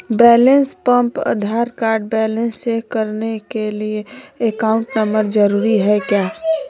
Balance pump Aadhaar card balance check करने के लिए अकाउंट नंबर जरूरी है क्या?